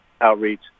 outreach